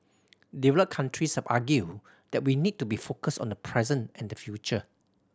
developed countries have argued that we need to be focused on the present and the future